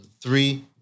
three